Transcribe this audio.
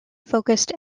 focused